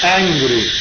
angry